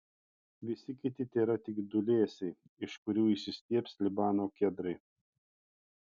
visi kiti tėra tik dūlėsiai iš kurių išsistiebs libano kedrai